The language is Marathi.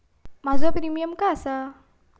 माझो प्रीमियम काय आसा?